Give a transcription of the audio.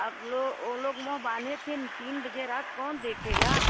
आप लो ओ लोग मुँह बाँधे थे तीन बजे रात कौन देखेगा